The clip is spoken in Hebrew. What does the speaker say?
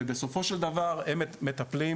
ובסופו של דבר, מטופלים